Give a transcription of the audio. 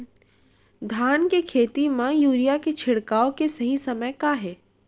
धान के खेती मा यूरिया के छिड़काओ के सही समय का हे?